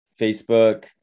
Facebook